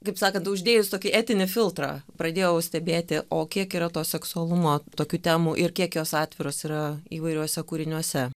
taip sakant uždėjus tokį etinį filtrą pradėjau stebėti o kiek yra to seksualumo tokių temų ir kiek jos atviros yra įvairiuose kūriniuose